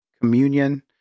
communion